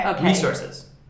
resources